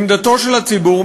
עמדתו של הציבור,